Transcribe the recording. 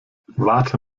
warte